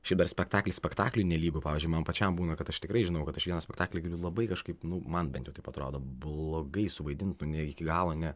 šiaip dar spektaklis spektakliui nelygu pavyzdžiui man pačiam būna kad aš tikrai žinau kad aš vieną spektaklį galiu labai kažkaip nu man bent jau taip atrodo blogai suvaidintų ne iki galo ne